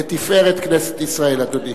לתפארת כנסת ישראל, אדוני.